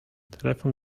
telefon